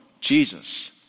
Jesus